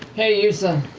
hey, yussa.